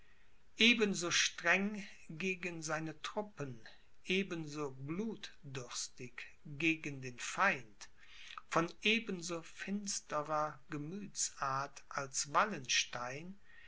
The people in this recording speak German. so streng gegen seine truppen eben so blutdürstig gegen den feind von eben so finsterer gemüthsart als wallenstein